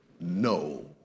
no